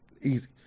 Easy